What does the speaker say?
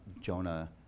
Jonah